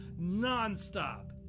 nonstop